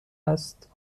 است